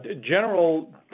General